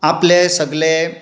आपलें सगलें